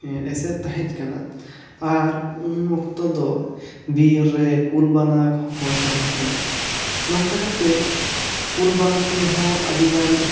ᱮᱥᱮᱫ ᱛᱟᱦᱮᱡ ᱠᱟᱱᱟ ᱟᱨ ᱩᱱ ᱚᱠᱛᱚ ᱫᱚ ᱵᱤᱨ ᱨᱮ ᱠᱩᱞ ᱵᱟᱱᱟ ᱦᱚᱠᱚ ᱛᱟᱦᱮᱡ ᱠᱟᱱᱟ ᱱᱚᱝᱠᱟ ᱠᱟᱛᱮᱫ ᱠᱩᱞ ᱵᱟᱱᱟ ᱛᱮᱦᱚᱸ ᱟᱹᱰᱤ ᱜᱟᱱ